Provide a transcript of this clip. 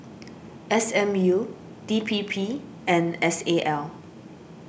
S M U D P P and S A L